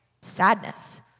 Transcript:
sadness